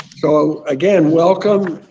so, again, welcome.